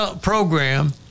program